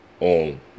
on